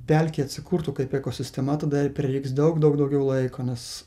pelkė atsikurtų kaip ekosistema tada prireiks daug daug daugiau laiko nes